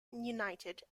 united